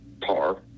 par